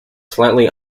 slightly